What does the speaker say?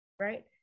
right